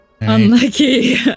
Unlucky